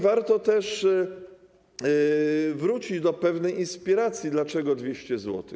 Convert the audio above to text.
Warto też wrócić do pewnej inspiracji - dlaczego 200 zł?